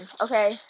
okay